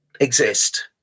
exist